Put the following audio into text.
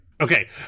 Okay